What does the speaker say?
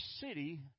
city